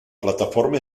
plataforma